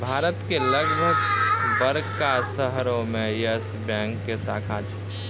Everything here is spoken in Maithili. भारत के लगभग बड़का शहरो मे यस बैंक के शाखा छै